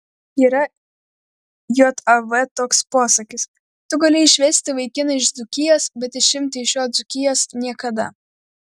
yra jav toks posakis tu gali išvesti vaikiną iš dzūkijos bet išimti iš jo dzūkijos niekada